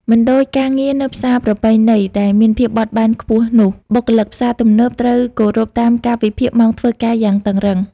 មិនដូចការងារនៅផ្សារប្រពៃណីដែលមានភាពបត់បែនខ្ពស់នោះ បុគ្គលិកផ្សារទំនើបត្រូវគោរពតាមកាលវិភាគម៉ោងធ្វើការយ៉ាងតឹងរ៉ឹង។